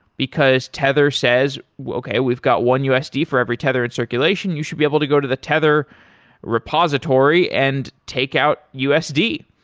because tether says, okay. we've got one usd for every tether in circulation. you should be able to go to the tether repository and take out usd,